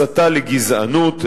הסתה לגזענות,